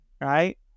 right